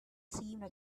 seemed